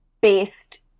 based